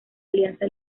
alianza